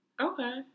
Okay